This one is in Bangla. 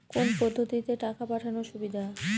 কোন পদ্ধতিতে টাকা পাঠানো সুবিধা?